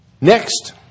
Next